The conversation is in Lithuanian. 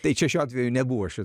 tai čia šiuo atveju nebuvo šių